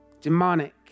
demonic